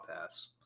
pass